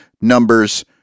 numbers